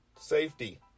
safety